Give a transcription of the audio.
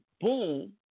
boom